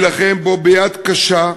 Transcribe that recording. להילחם בו ביד קשה,